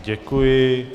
Děkuji.